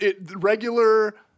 regular